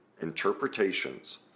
interpretations